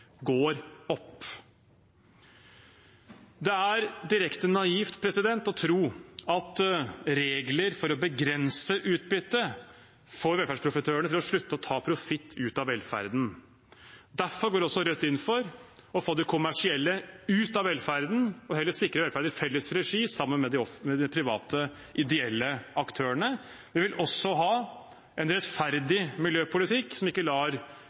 går opp. Det er direkte naivt å tro at regler for å begrense utbytte får velferdsprofitørene til å slutte å ta profitt ut av velferden. Derfor går også Rødt inn for å få de kommersielle ut av velferden og heller sikre velferd i felles regi sammen med de private ideelle aktørene. Vi vil også ha en rettferdig miljøpolitikk som ikke lar